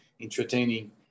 entertaining